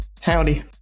Howdy